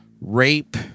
rape